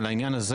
על העניין הזה,